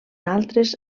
altres